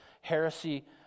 heresy